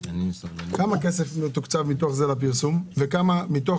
כמה כסף מתוקצב מתוך זה לפרסום וכמה מתוך